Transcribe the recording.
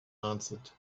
answered